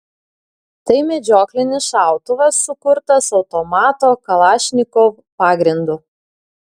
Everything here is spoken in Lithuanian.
tai medžioklinis šautuvas sukurtas automato kalašnikov pagrindu